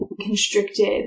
constricted